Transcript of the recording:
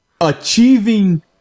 achieving